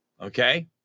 okay